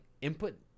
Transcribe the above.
Input